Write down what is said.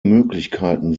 möglichkeiten